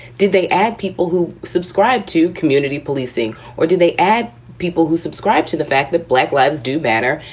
did they add people who subscribed to community policing or did they add people who subscribe to the fact that black lives do matter?